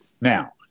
Now